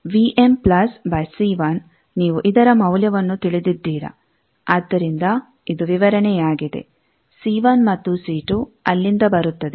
ನೀವು ಇದರ ಮೌಲ್ಯವನ್ನು ತಿಳಿದಿದ್ದೀರ ಆದ್ದರಿಂದ ಇದು ವಿವರಣೆಯಾಗಿದೆ C1 ಮತ್ತು C2 ಅಲ್ಲಿಂದ ಬರುತ್ತದೆ